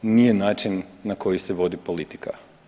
To nije način na koji se vodi politika.